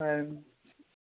হয়